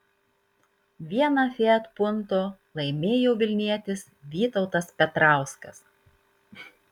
vieną fiat punto laimėjo vilnietis vytautas petrauskas